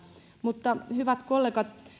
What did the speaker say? mutta hyvät kollegat